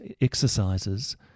exercises